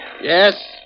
Yes